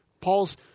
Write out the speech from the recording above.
Paul's